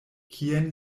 kien